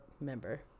member